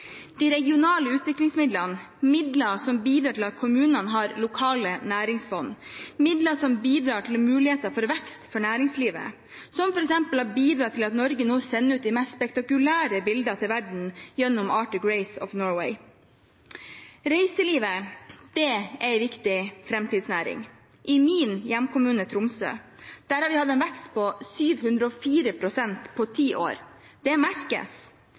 De regionale utviklingsmidlene – midler som bidrar til at kommunene har lokale næringsfond, midler som bidrar til muligheter for vekst for næringslivet, som f.eks. å bidra til at Norge nå sender ut de mest spektakulære bilder til verden gjennom Artic Race of Norway. Reiselivet er en viktig framtidsnæring. I min hjemkommune, Tromsø, har vi hatt en vekst på 704 pst. på ti år. Det merkes,